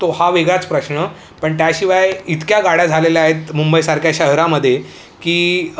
तो हा वेगळाच प्रश्न पण त्याशिवाय इतक्या गाड्या झालेल्या आहेत मुंबईसारख्या शहरामध्ये की